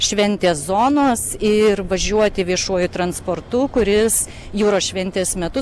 šventės zonos ir važiuoti viešuoju transportu kuris jūros šventės metus